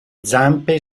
zampe